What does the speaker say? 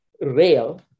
rail